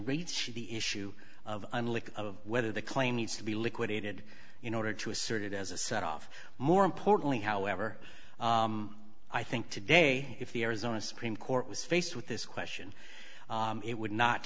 reach the issue of unlicked of whether the claim needs to be liquidated you know to assert it as a set off more importantly however i think today if the arizona supreme court was faced with this question it would not